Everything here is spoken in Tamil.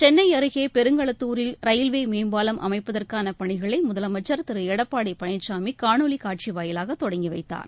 சென்னை அருகே பெருங்களத்தூரில் ரயில்வே மேம்பாலம் அமைப்பதற்கான பணிகளை முதலமைச்சர் திரு எடப்பாடி பழனிசாமி காணொலி காட்சி வாயிலாக தொடங்கிவைத்தார்